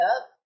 up